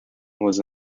was